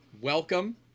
Welcome